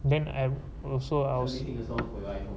then I also I see